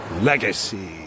Legacy